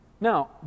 Now